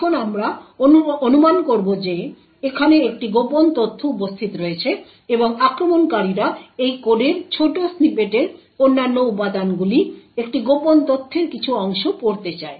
এখন আমরা অনুমান করব যে এখানে একটি গোপন তথ্য উপস্থিত রয়েছে এবং আক্রমণকারীরা এই কোডের ছোট স্নিপেটের অন্যান্য উপাদানগুলি একটি গোপন তথ্যের কিছু অংশ পড়তে চায়